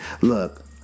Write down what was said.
Look